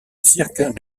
cirque